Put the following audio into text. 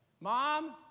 Mom